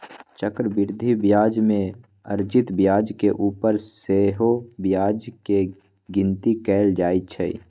चक्रवृद्धि ब्याज में अर्जित ब्याज के ऊपर सेहो ब्याज के गिनति कएल जाइ छइ